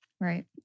Right